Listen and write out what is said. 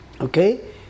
Okay